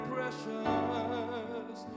Precious